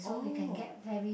oh